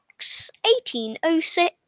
1806